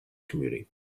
commuting